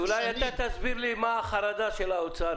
אז אולי אתה תסביר לי מה החרדה של האוצר,